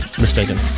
mistaken